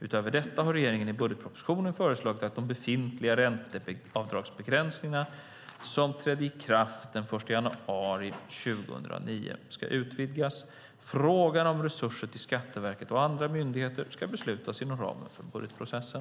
Utöver detta har regeringen i budgetpropositionen föreslagit att de befintliga ränteavdragsbegränsningar som trädde i kraft den 1 januari 2009 ska utvidgas. Frågan om resurser till Skatteverket och andra myndigheter ska beslutas inom ramen för budgetprocessen.